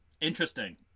Interesting